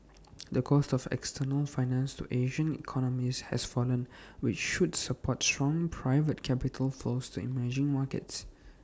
the cost of external finance to Asian economies has fallen which should support strong private capital flows to emerging markets